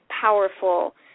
powerful